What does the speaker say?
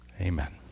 Amen